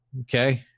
Okay